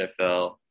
NFL